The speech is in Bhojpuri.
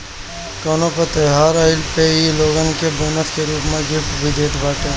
कवनो तर त्यौहार आईला पे इ लोगन के बोनस के रूप में गिफ्ट भी देत बाटे